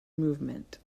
movement